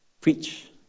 preach